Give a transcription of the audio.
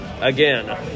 again